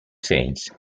sense